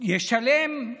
מול רוב הלקוחות,